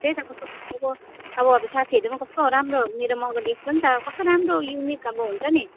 त्यही त कस्तो अब साथीहरूले पनि कस्तो राम्रो मेरो मगर ड्रेस पनि त कस्तो राम्रो युनिक अब हुन्छ नि